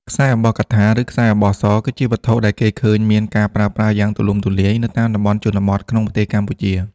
ខ្សែអំបោះកថា ឬ ខ្សែអំបោះស គឺជាវត្ថុដែលគេឃើញមានការប្រើប្រាស់យ៉ាងទូលំទូលាយនៅតាមតំបន់ជនបទក្នុងប្រទេសកម្ពុជា។